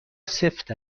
سفت